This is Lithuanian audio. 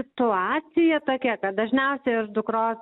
situacija tokia kad dažniausiai aš dukros